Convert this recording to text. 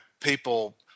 people